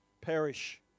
Perish